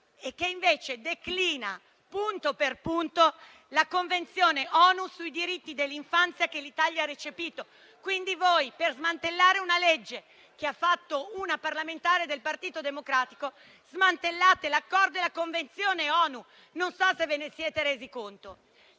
che declina punto per punto la Convenzione ONU sui diritti dell'infanzia che l'Italia ha recepito. Per smantellare una legge di iniziativa di una parlamentare del Partito Democratico, smantellate l'accordo e la Convenzione ONU, non so se ve ne siete resi conto.